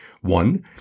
One